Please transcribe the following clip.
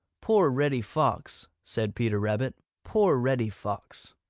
poor reddy fox, said peter rabbit. poor reddy fox.